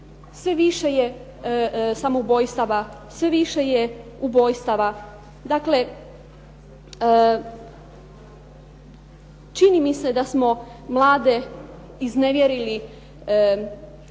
sve više je samoubojstva, sve više je ubojstava. Dakle, čini mi se da smo mlade iznevjerili